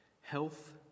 health